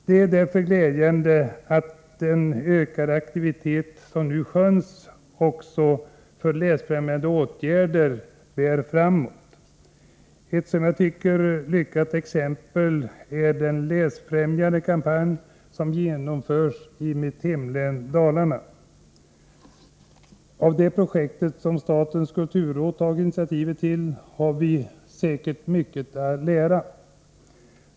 Det är därför glädjande att den ökade aktivitet som nu skönjs också i fråga om läsfrämjande åtgärder bär framåt. Ett som jag tycker lyckat exempel är den läsfrämjande kampanj som genomförts i mitt hemlän Dalarna. Av det projektet, som statens kulturråd tagit initiativet till, har vi säkert mycket att lära.